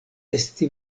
esti